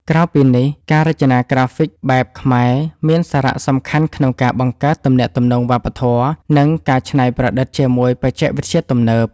ក្រៅពីនេះ ការរចនាក្រាហ្វិកបែបខ្មែរមានសារៈសំខាន់ក្នុងការបង្កើតទំនាក់ទំនងវប្បធម៌ និងការច្នៃប្រឌិតជាមួយបច្ចេកវិទ្យាទំនើប។